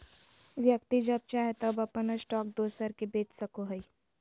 व्यक्ति जब चाहे तब अपन स्टॉक दोसर के बेच सको हइ